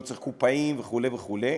לא צריך קופאים וכו' וכו',